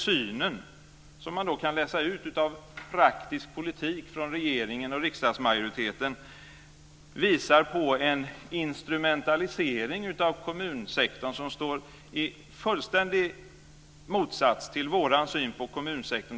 Synen, som man kan läsa ut av praktisk politik från regeringen och riksdagsmajoriteten, visar på en instrumentalisering av kommunsektorn som står i fullständig motsats till vår syn på kommunsektorn.